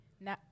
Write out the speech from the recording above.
now